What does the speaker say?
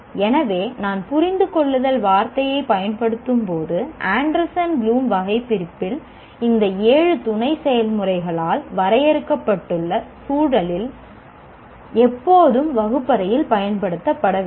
எனவே நான் புரிந்துகொள்ளுதல் வார்த்தையைப் பயன்படுத்தும் போது ஆண்டர்சன் ப்ளூம் வகைபிரிப்பில் இந்த ஏழு துணை செயல்முறைகளால் வரையறுக்கப்பட்டுள்ள சூழலில் தான் எப்போதும் வகுப்பறையில் பயன்படுத்தப்பட வேண்டும்